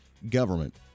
Government